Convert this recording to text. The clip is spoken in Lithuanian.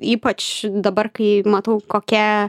ypač dabar kai matau kokie